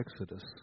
Exodus